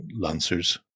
lancers